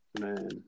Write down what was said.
Man